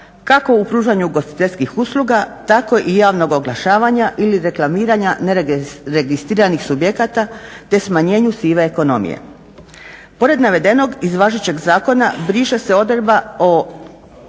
kako u pružanju ugostiteljskih usluga tako i javnog oglašavanja ili reklamiranja neregistriranih subjekata se smanjenju sive ekonomije. Pored navedenog iz važećeg zakona briše se odredba o